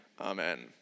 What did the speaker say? Amen